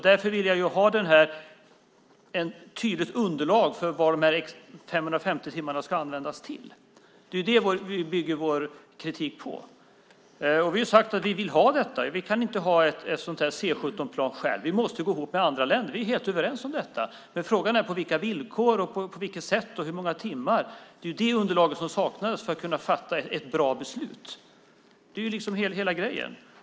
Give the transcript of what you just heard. Därför vill jag ha ett tydligt underlag för vad de 550 timmarna ska användas till. Det är det vi bygger vår kritik på. Vi har sagt att vi vill ha detta. Sverige kan inte ensamt ha ett sådant här C 17-plan. Vi måste gå ihop med andra länder. Det är vi helt överens om. Men frågan är på vilka villkor, på vilket sätt och hur många timmar? Det är det underlaget som saknas för att vi ska kunna fatta ett bra beslut. Det är det som är hela grejen.